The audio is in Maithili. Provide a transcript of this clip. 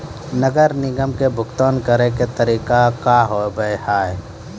नगर निगम के भुगतान करे के तरीका का हाव हाई?